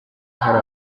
hari